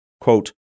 quote